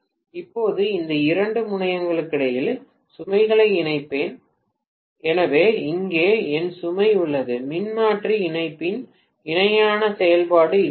இப்போது இந்த இரண்டு முனையங்களுக்கிடையில் சுமைகளை இணைப்பேன் எனவே இங்கே என் சுமை உள்ளது மின்மாற்றி இணைப்பின் இணையான செயல்பாடு இதுதான்